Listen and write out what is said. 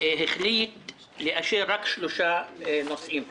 החליט לאשר רק שלושה נושאים.